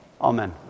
Amen